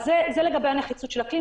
זה לגבי נחיצות הכלי.